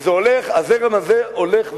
והזרם הזה הולך וגדל.